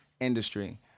industry